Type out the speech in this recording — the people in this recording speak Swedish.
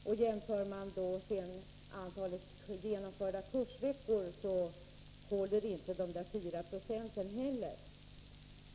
Och jämför man antalet genomförda kursveckor finner man att inte ens siffran 4 90 håller.